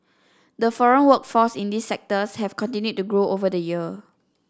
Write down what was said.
the foreign workforce in these sectors have continued to grow over the year